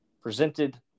Presented